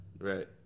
Right